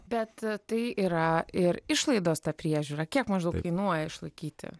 bet tai yra ir išlaidos ta priežiūra kiek maždaug kainuoja išlaikyti